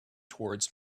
towards